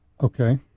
Okay